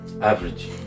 Average